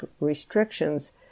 restrictions